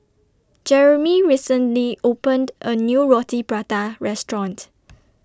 Jeremey recently opened A New Roti Prata Restaurant